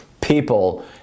people